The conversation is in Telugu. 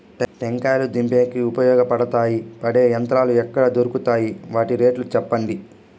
టెంకాయలు దించేకి ఉపయోగపడతాయి పడే యంత్రాలు ఎక్కడ దొరుకుతాయి? వాటి రేట్లు చెప్పండి?